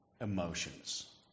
emotions